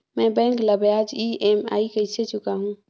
मैं बैंक ला ब्याज ई.एम.आई कइसे चुकाहू?